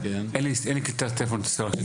אין לי קליטה בטלפון הסלולרי.